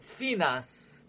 Finas